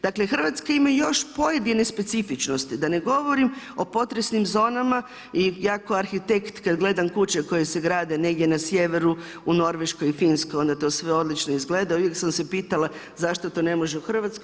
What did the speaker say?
Dakle, Hrvatska ima još pojedine specifičnosti, da ne govorim o potresnim zonama i ja kao arhitekt, kad gledam kuče koje se grade negdje na sjeveru u Norveškoj i Finskoj, onda to sve odlično izgleda i uvijek sam se pitala zašto to ne može u Hrvatskoj.